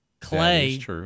Clay